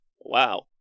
wow